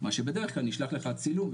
מה שבדרך כלל נשלח אלייך כצילום,